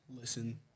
listen